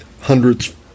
hundreds